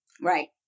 Right